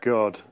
God